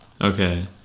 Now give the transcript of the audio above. okay